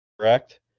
correct